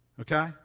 Okay